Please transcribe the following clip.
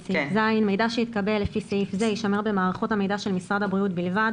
מידע שהתקבל לפי סעיף זה יישמר במערכות המידע של משרד הבריאות בלבד